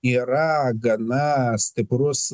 yra gana stiprus